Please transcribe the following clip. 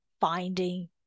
finding